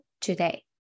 today